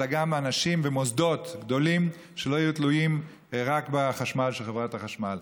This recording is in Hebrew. אלא גם לאנשים ולמוסדות גדולים שלא יהיו תלויים רק בחשמל של חברת החשמל,